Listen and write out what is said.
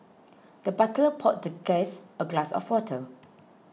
the butler poured the guest a glass of water